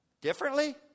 Differently